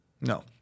No